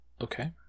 Okay